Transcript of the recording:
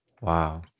wow